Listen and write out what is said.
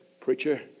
Preacher